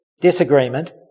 disagreement